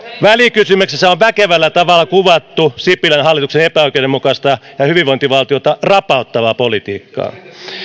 välikysymyksessä on väkevällä tavalla kuvattu sipilän hallituksen epäoikeudenmukaista ja hyvinvointivaltiota rapauttavaa politiikkaa